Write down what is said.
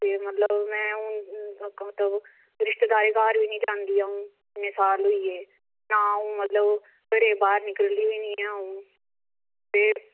ते मतलब हून रिश्तेदारी थाह्र बी निं जंदी अं'ऊ इन्ने साल होई गे ना अंऊ मतलब घरै दे बाहर निकलदी निं ऐ अं'ऊ एह्